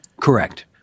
Correct